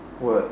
what